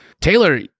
Taylor